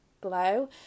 Glow